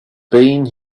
been